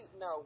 no